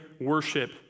worship